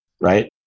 right